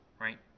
right